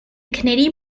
canadian